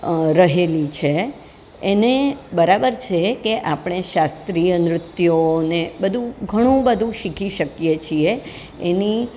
આ રહેલી છે એને બરાબર છે કે આપણે શાસ્ત્રીય નૃત્યોને બધું ઘણું બધું શીખી શકીએ છીએ એની